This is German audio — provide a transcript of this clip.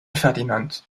ferdinand